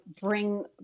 bring